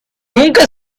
nunca